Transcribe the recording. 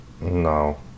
No